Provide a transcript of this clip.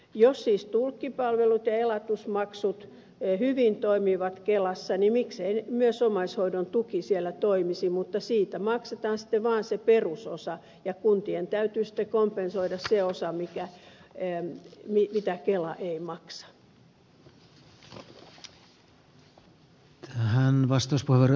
jos siis tulkkipalvelut ja elatusmaksut hyvin toimivat kelassa niin miksei myös omaishoidon tuki siellä toimisi mutta siitä maksetaan sitten vaan se perusosa ja kuntien täytyy sitten kompensoida se osa mitä kela ei maksa